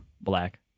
Black